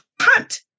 hunt